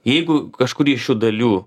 jeigu kažkuri iš šių dalių